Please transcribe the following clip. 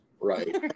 right